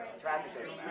Traffic